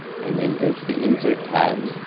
and then go to the insert tab.